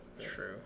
True